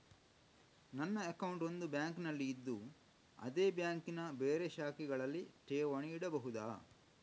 ನನ್ನ ಅಕೌಂಟ್ ಒಂದು ಬ್ಯಾಂಕಿನಲ್ಲಿ ಇದ್ದು ಅದೇ ಬ್ಯಾಂಕಿನ ಬೇರೆ ಶಾಖೆಗಳಲ್ಲಿ ಠೇವಣಿ ಇಡಬಹುದಾ?